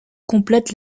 complète